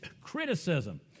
criticism